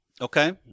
Okay